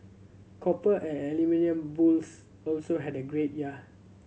copper and aluminium bulls also had a great year